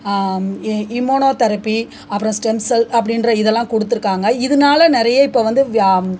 இ immunotherapy அப்பறம் stem cell அப்படின்ற இதெல்லாம் கொடுத்துருக்காங்க இதனால நிறைய இப்போ வந்து வியா